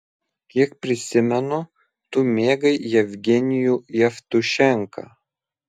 kiek prisimenu tu mėgai jevgenijų jevtušenką